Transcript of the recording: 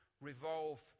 revolve